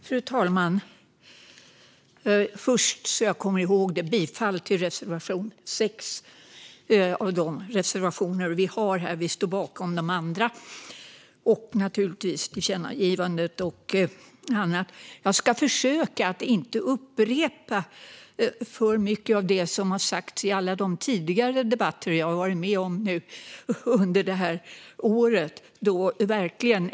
Fru talman! Jag yrkar bifall till reservation 6. Vi står naturligtvis bakom våra övriga reservationer och tillkännagivandena. Jag ska försöka att inte upprepa för mycket av det som har sagts i alla de tidigare debatter jag har deltagit i under året.